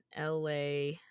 la